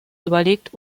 überlegt